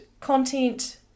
content